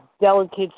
delicate